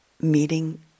meeting